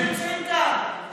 את העקורים שנמצאים כאן,